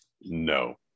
No